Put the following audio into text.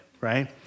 right